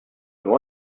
vent